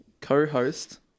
co-host